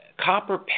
copper